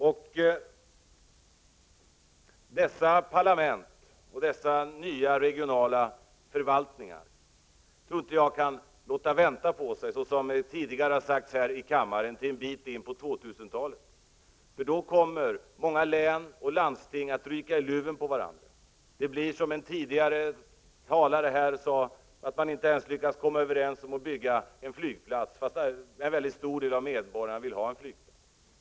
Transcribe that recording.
Jag tror inte att vi kan vänta på den här nya formen av parlament och regionala förvaltningar tills vi har kommit en bit in på 2000-talet, som tidigare har sagts här i kammaren, för då kommer många län och landsting att råka i luven på varandra. Det blir så, som en talare här tidigare sade, att man inte ens lyckas komma överens om byggandet av en flygplats, trots att en väldigt stor andel av medborgarna vill ha en sådan.